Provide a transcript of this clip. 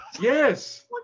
Yes